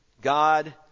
God